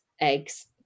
eggs